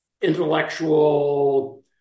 intellectual